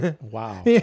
Wow